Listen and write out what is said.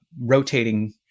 rotating